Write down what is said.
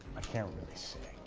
i can't really say.